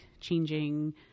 changing